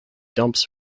dumps